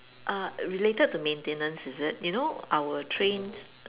uh related to maintenance is it you know our trains